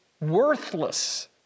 worthless